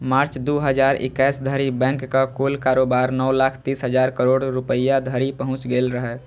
मार्च, दू हजार इकैस धरि बैंकक कुल कारोबार नौ लाख तीस हजार करोड़ रुपैया धरि पहुंच गेल रहै